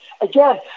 Again